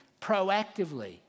proactively